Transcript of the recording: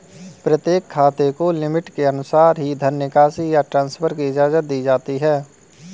प्रत्येक खाते को लिमिट के अनुसार ही धन निकासी या ट्रांसफर की इजाजत दी जाती है